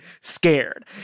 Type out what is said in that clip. scared